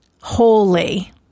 holy